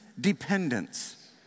dependence